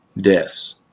deaths